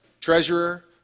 Treasurer